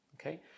okay